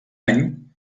any